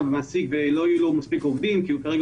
מעסיק שלא יהיו לו מספיק עובדים כי כרגע